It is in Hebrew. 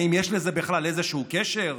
האם יש לזה בכלל איזשהו קשר?